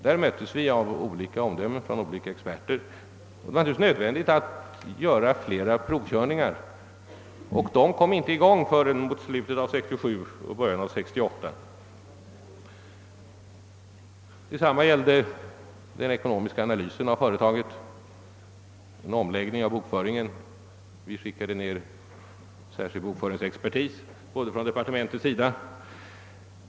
Här möttes vi av olika omdömen från olika experter, och det var nödvändigt att företa flera provkörningar. Dessa kom inte i gång förrän i slutet av 1967 och början av 1968. analysen av företaget. Det företogs en omläggning av bokföringen och vi skickade ned till företaget särskild bokföringsexpertis även från departementets sida.